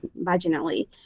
vaginally